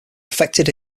affected